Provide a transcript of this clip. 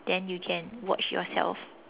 then you can watch yourself